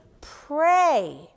pray